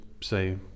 say